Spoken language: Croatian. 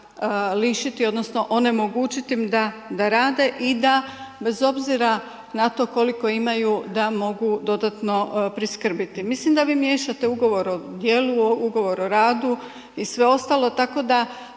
lišiti, odnosno onemogućiti im da rade i da bez obzira na to koliko imaju da mogu dodatno priskrbiti. Mislim da vi miješate ugovor o djelu, ugovor o radu i sve ostalo tako da